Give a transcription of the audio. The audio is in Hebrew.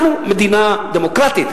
אנחנו מדינה דמוקרטית,